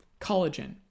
collagen